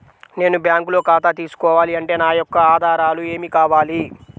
నేను బ్యాంకులో ఖాతా తీసుకోవాలి అంటే నా యొక్క ఆధారాలు ఏమి కావాలి?